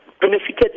benefited